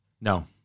No